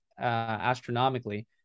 astronomically